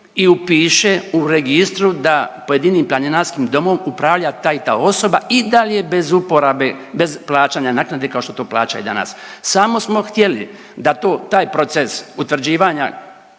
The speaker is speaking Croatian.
i upiše u registru da pojedinim planinarskim domom upravlja ta i ta osoba i da li je bez uporabe, bez plaćanja naknade kao što to plaća i danas. Samo smo htjeli da to taj proces utvrđivanja